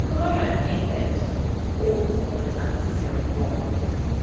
look, i don't think that all formers are necessarily role models.